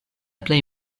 plej